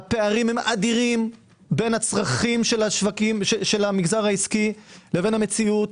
הפערים הם אדירים בין הצרכים של המגזר העסקי לבין המציאות.